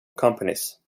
companies